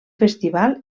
festival